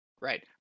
Right